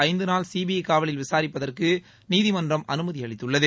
ஐந்துநாள் CBI காவலில் விசாரிப்பதற்கு நீதிமன்றம் அனுமதி அளித்துள்ளது